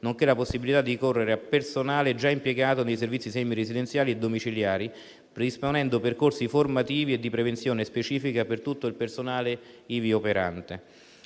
nonché la possibilità di ricorrere a personale già impiegato nei servizi semiresidenziali e domiciliari, predisponendo percorsi formativi e di prevenzione specifica per tutto il personale ivi operante;